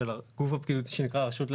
הגוף הפקידותי שנקרא הרשות להסדרה.